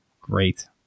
great